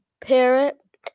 parrot